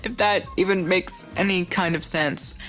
that even makes any kind of sense,